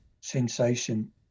sensation